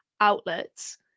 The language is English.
outlets